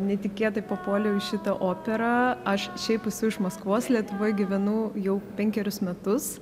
netikėtai papuoliau į šitą operą aš šiaip esu iš maskvos lietuvoj gyvenu jau penkerius metus